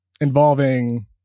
Involving